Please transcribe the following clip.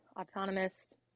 autonomous